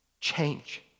change